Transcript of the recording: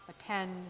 attend